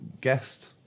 guest